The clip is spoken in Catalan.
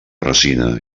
resina